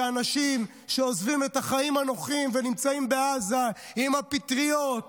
זה אנשים שעוזבים את החיים הנוחים ונמצאים בעזה עם הפטריות,